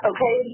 Okay